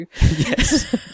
Yes